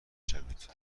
شوید